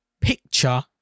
picture